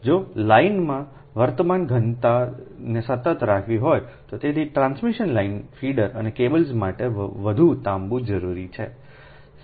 જો લાઇનમાં વર્તમાન ઘનતાને સતત રાખવી હોય તો તેથી ટ્રાન્સમિશન લાઇન ફીડર અને કેબલ્સ માટે વધુ તાંબુ જરૂરી છે